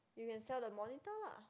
you can sell the monitor lah